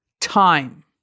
time